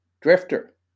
Drifter